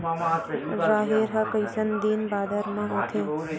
राहेर ह कइसन दिन बादर म होथे?